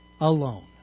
alone